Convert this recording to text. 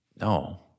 No